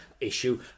issue